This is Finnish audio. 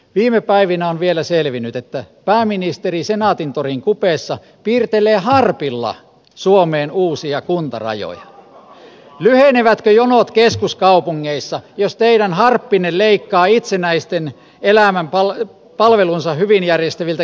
viime päivinä on vielä selvinnyt että pääministeri senaatintorin kupeessa pirtelö ja harpilla suomeen uusia kuntarajojen lyhenevät keskuskaupungeissa jos teidän harbinin leikkaa itsenäisten elämän palaset palvelunsa hyvin järjestäviltä